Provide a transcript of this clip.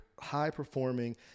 high-performing